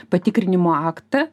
patikrinimo aktą